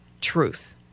truth